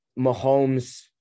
Mahomes